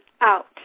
out